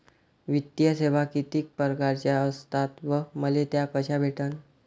वित्तीय सेवा कितीक परकारच्या असतात व मले त्या कशा भेटन?